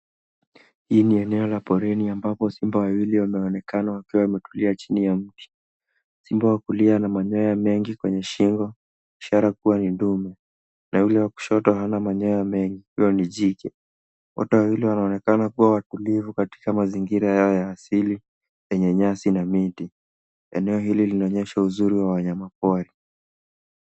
Hili eneo la porini ambapo simba wawili wameonekana wakiwa wametulia chini ya mti ,simba wa kulia na manyoa mengi kwenye shingo ishara kuwa ni ndume na yule wa kushoto hana manyoa mengi huyo ni jike , wote wawili wanaonekana kuwa watulivu katika mazingira hayo ya asili yenye nyasi na miti eneo hili linaonyesha uzuri wa wanyamapori.